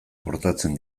portatzen